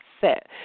set